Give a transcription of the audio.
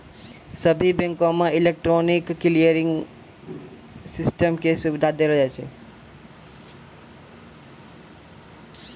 सभ्भे बैंको मे इलेक्ट्रॉनिक क्लियरिंग सिस्टम के सुविधा देलो जाय छै